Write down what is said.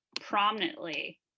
prominently